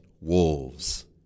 wolves